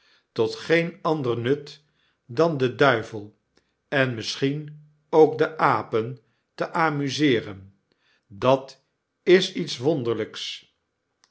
tot geen ander nut dan den duivel en misschien ook de apen te amuseeren dat is iets wonderlijks